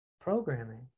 programming